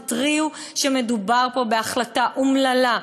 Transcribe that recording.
התריעו שמדובר פה בהחלטה אומללה,